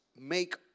make